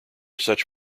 such